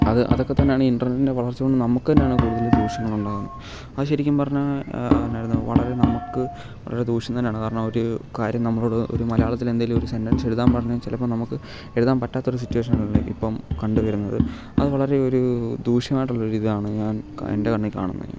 അത് അതൊക്കെ തന്നെയാണ് ഇൻറ്റർനെറ്റിൻ്റെ വളർച്ച കൊണ്ട് നമുക്ക് തന്നെയാണ് കൂടുതൽ ദൂഷ്യങ്ങൾ ഉണ്ടാകുന്നത് അത് ശരിക്കും പറഞ്ഞാൽ എന്തായിരുന്നു വളരെ നമുക്ക് ഒരു ദൂഷ്യം തന്നെയാണ് കാരണം ഒരു കാര്യം നമ്മളോട് ഒരു മലയാളത്തിൽ എന്തെങ്കിലും ഒരു സെൻറ്റെൻസ് എഴുതാൻ പറഞ്ഞാൽ ചിലപ്പം നമുക്ക് എഴുതാൻ പറ്റാത്ത ഒരു സിറ്റുവേഷൻ ആണല്ലേ ഇപ്പം കണ്ട് വരുന്നത് അത് വളരെ ഒരു ദൂഷ്യമായിട്ടുള്ളൊരു ഇതാണ് ഞാൻ എൻ്റെ കണ്ണിൽ കാണുന്നത്